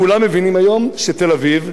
כולם מבינים היום שתל-אביב,